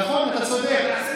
נכון, אתה צודק.